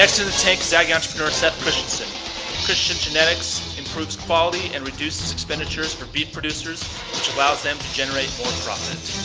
tank zap entrepreneur reset push incentives, christensen genetics improves quality and reduces expenditures for beef producers which allows them to generate more profit.